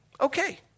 Okay